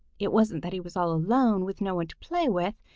it wasn't that he was all alone with no one to play with.